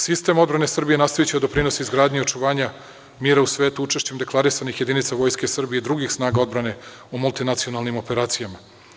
Sistem odbrane Srbije nastaviće da doprinosi izgradnji i očuvanja mira u svetu učešćem deklarisanih jedinica Vojske Srbije i drugih snaga odbrane u multinacionalnim operacijama.